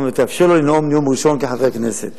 ותאפשר לו לנאום נאום ראשון כחבר כנסת.